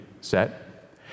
set